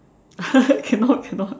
cannot cannot